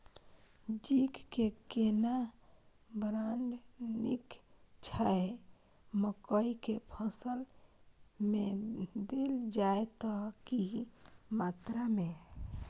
Zinc के केना brand नीक छैय मकई के फसल में देल जाए त की मात्रा में?